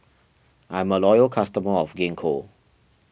I'm a loyal customer of Gingko